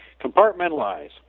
Compartmentalize